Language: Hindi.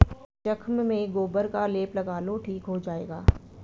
जख्म में गोबर का लेप लगा लो ठीक हो जाएगा